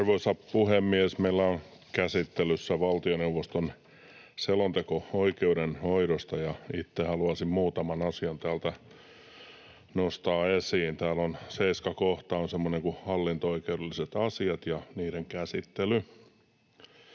Arvoisa puhemies! Meillä on käsittelyssä valtioneuvoston selonteko oikeudenhoidosta, ja itse haluaisin muutaman asian täältä nostaa esiin. Täällä seiskakohta on semmoinen kuin Hallinto-oikeudelliset asiat ja niiden käsittely.